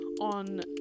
on